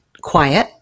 quiet